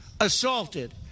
assaulted